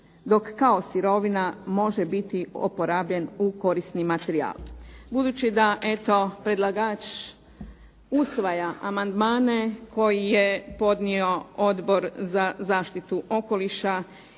dok kao sirovina može biti oporabljen u korisni materijal. Budući da eto, predlagač usvaja amandmane koji je podnio Odbor za zaštitu okoliša